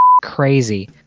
crazy